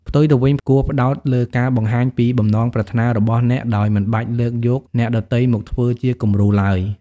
ផ្ទុយទៅវិញ គួរផ្ដោតលើការបង្ហាញពីបំណងប្រាថ្នារបស់អ្នកដោយមិនបាច់លើកយកអ្នកដទៃមកធ្វើជាគំរូឡើយ។